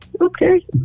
Okay